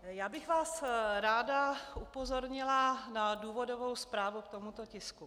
Já bych vás ráda upozornila na důvodovou zprávu k tomuto tisku.